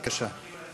בבקשה.